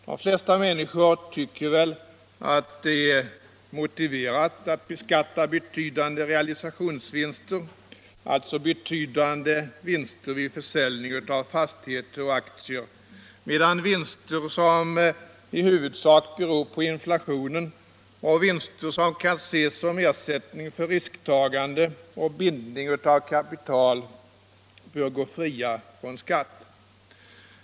De flesta människor tycker väl att det är motiverat att beskatta betydande realisationsvinster — alltså betydande vinster vid försäljning av fastigheter och aktier — medan vinster som i huvudsak beror på inflationen och vinster som kan ses som ersättning för risktagande och bindning av kapital bör gå fria från skatter.